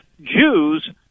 Jews